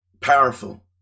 Powerful